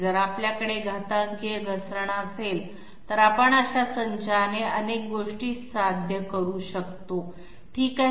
जर आपल्याकडे एक्सपोनेंशीलय घसरण असेल तर आपण अशा संचाने अनेक गोष्टी साध्य करू शकतो ठीक आहे